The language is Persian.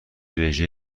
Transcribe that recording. رژه